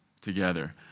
together